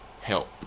help